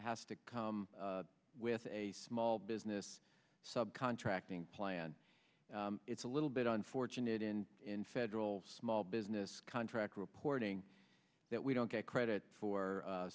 has to come with a small business sub contracting plan it's a little bit unfortunate in in federal small business contracts reporting that we don't get credit for